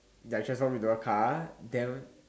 that transform into a car then